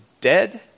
dead